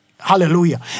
Hallelujah